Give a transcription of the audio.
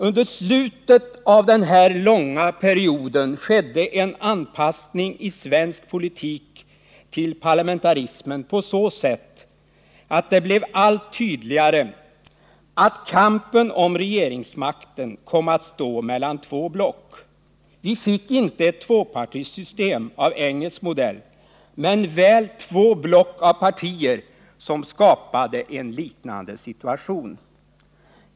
Under slutet av den här långa perioden skedde en anpassning i svensk politik till parlamentarismen på så sätt att det blev allt tydligare att kampen om regeringsmakten kom att stå mellan två block. Vi fick inte ett tvåpartisystem av engelsk modell men väl två block av partier som skapade en liknande situation.